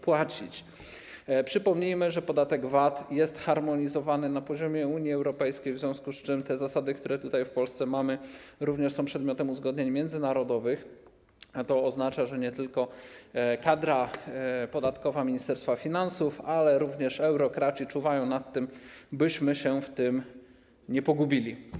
Przypomnijmy, że podatek VAT jest harmonizowany na poziomie Unii Europejskiej, w związku z tym te zasady, które tutaj, w Polsce, mamy, również są przedmiotem uzgodnień międzynarodowych, a to oznacza, że nie tylko kadra podatkowa Ministerstwa Finansów, ale również eurokraci czuwają nad tym, byśmy się w tym nie pogubili.